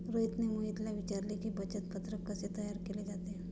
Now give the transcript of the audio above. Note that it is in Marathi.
रोहितने मोहितला विचारले की, बचत पत्रक कसे तयार केले जाते?